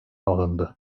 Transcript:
alındı